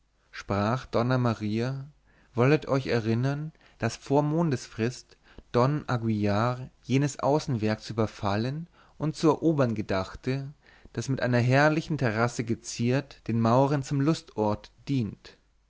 sprach donna maria wollet euch erinnern daß vor mondesfrist don aguillar jenes außenwerk zu überfallen und zu erobern gedachte das mit einer herrlichen terrasse geziert den mauren zum lustort dient